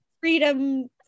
freedom